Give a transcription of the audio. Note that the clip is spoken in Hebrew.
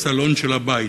בסלון של הבית.